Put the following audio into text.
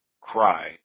cry